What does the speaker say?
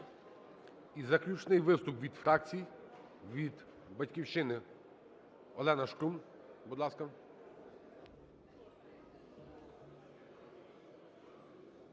І заключний виступ від фракцій. Від "Батьківщини" Олена Шкрум, будь ласка.